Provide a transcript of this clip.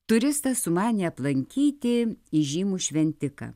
turistas sumanė aplankyti įžymų šventiką